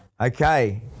Okay